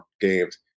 games